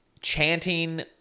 chanting